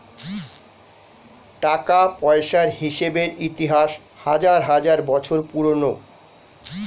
টাকা পয়সার হিসেবের ইতিহাস হাজার হাজার বছর পুরোনো